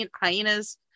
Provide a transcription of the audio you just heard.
hyenas